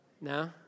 No